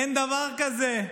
אין דבר כזה.